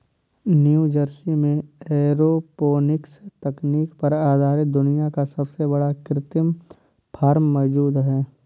New Jersey में aeroponics तकनीक पर आधारित दुनिया का सबसे बड़ा कृत्रिम फार्म मौजूद है